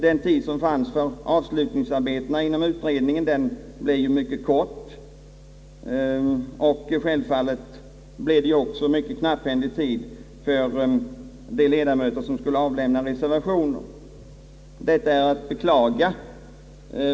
Den tid som fanns för avslutningsarbetena inom utredningen blev mycket kort, och självfallet blev det också mycket knapp tid för de ledamöter som skulle avlämna reservationer. Detta är att beklaga.